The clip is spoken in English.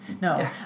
No